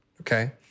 Okay